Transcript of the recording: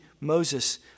Moses